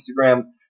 Instagram